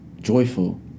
joyful